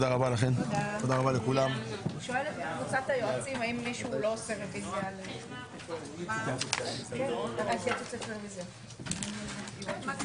הישיבה ננעלה בשעה 10:30.